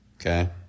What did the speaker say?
Okay